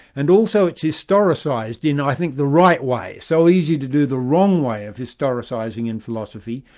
and also it's historicised in i think the right way so easy to do the wrong way of historicising in philosophy.